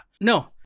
No